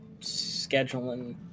scheduling